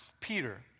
Peter